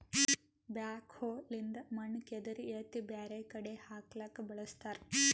backhoe ಲಿಂದ್ ಮಣ್ಣ್ ಕೆದರಿ ಎತ್ತಿ ಬ್ಯಾರೆ ಕಡಿ ಹಾಕ್ಲಕ್ಕ್ ಬಳಸ್ತಾರ